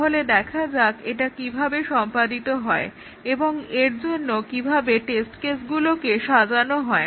তাহলে দেখা যাক এটা কিভাবে সম্পাদিত হয় এবং এর জন্য কিভাবে টেস্ট কেসগুলোকে সাজানো হয়